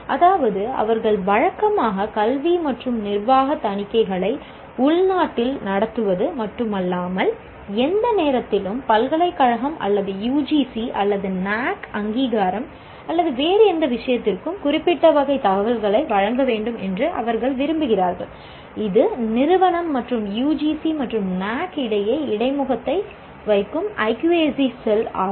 அதாவது அவர்கள் வழக்கமாக கல்வி மற்றும் நிர்வாக தணிக்கைகளை உள்நாட்டில் நடத்துவது மட்டுமல்லாமல் எந்த நேரத்திலும் பல்கலைக்கழகம் அல்லது யுஜிசி ஆகும்